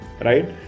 right